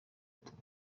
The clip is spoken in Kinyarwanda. tuba